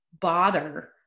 bother